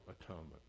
atonement